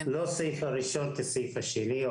לא הסעיף הראשון כסעיף השני.